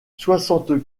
soixante